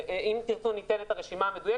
אם תרצו נוכל לתת את הרשימה המדויקת,